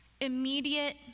immediate